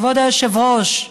כבוד היושב-ראש,